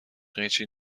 قیچی